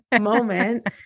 moment